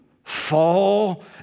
Fall